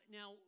now